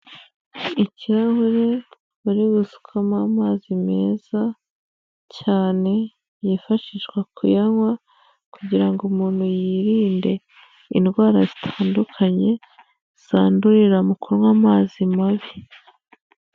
Ikirahure bari gusukamo amazi meza cyane yifashishwa kuyanywa, kugira ngo umuntu yirinde indwara zitandukanye zandurira mu kunywa amazi mabi.